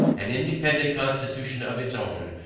an independant constitution of it's own,